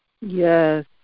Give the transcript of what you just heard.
Yes